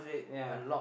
yea